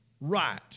right